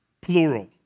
plural